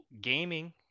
gaming